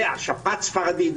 שפעת ספרדית?